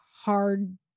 hard